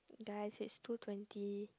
guys is two twenty